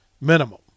Minimum